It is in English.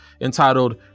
entitled